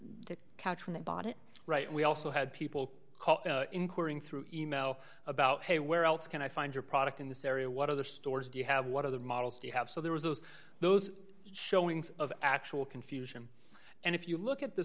the catch when they bought it right we also had people inquiring through email about hey where else can i find your product in this area what other stores do you have what other models do you have so there was those those showings of actual confusion and if you look at the